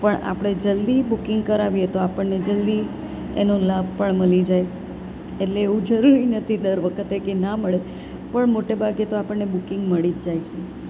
પણ આપણે જલ્દી બુકિંગ કરાવીએ તો આપણને જલ્દી એનો લાભ પણ મળી જાય એટલે એવું જરૂરી નથી કે દર વખતે ના મળે પણ મોટે ભાગે તો આપણને બુકિંગ મળી જ જાય છે